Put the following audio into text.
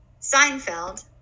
Seinfeld